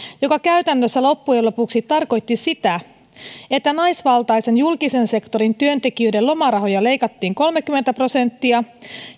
joka käytännössä loppujen lopuksi tarkoitti sitä että naisvaltaisen julkisen sektorin työntekijöiden lomarahoja leikattiin kolmekymmentä prosenttia